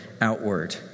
outward